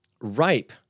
ripe